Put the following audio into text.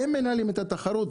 הם מנהלים את התחרות,